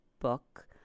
book